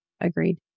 Agreed